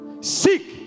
seek